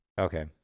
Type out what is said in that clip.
Okay